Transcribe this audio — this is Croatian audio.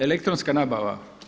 Elektronska nabava.